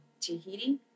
Tahiti